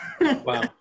Wow